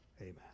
Amen